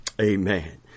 Amen